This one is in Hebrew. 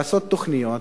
לעשות תוכניות,